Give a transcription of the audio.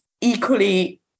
Equally